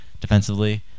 defensively